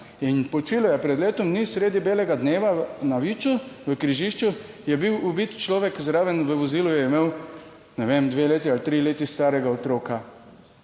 in počila je pred letom dni sredi belega dneva na Viču, v križišču je bil ubit človek. Zraven v vozilu je imel, ne vem, dve leti ali tri leta starega otroka